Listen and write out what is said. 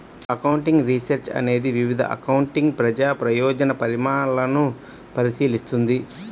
accounting research అనేది వివిధ accounting ప్రజా ప్రయోజన పరిణామాలను పరిశీలిస్తుంది